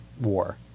war